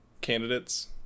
candidates